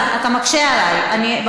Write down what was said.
יורים תשובות.